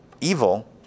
evil